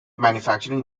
manufacturing